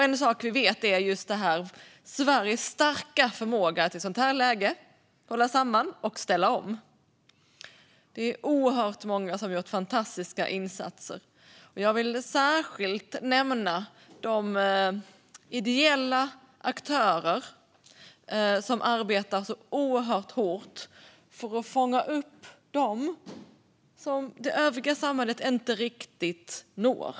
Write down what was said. En sak vi vet är att Sverige har en stark förmåga att i ett sådant här läge hålla samman och ställa om. Det är oerhört många som gjort fantastiska insatser. Jag vill särskilt nämna de ideella aktörer som arbetar så oerhört hårt för att fånga upp dem som det övriga samhället inte riktigt når.